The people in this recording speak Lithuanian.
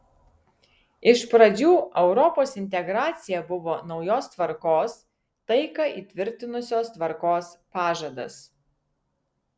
iš pradžių europos integracija buvo naujos tvarkos taiką įtvirtinusios tvarkos pažadas